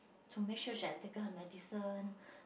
to make sure she has taken her medicine